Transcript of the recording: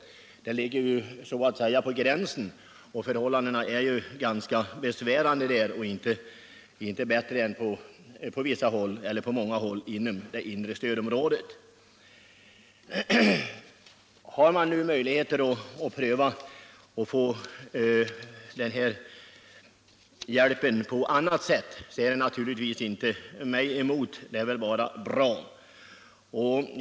I själva verket ligger Filipstad så att säga på gränsen. Förhållandena där är ganska besvärande och inte bättre än på många håll inom det inre stödområdet. Har man nu möjligheter att få hjälp på annat sätt är det naturligtvis inte mig emot; det är väl bara bra.